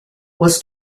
was